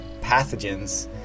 pathogens